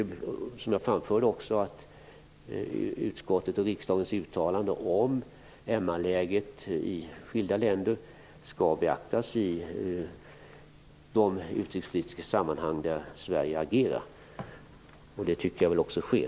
Som jag tidigare framförde tycker jag att utskottets och riksdagens uttalande om MR-läget i skilda länder skall beaktas i de utrikespolitiska sammanhang där Sverige agerar. Jag tycker att så också sker.